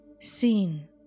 seen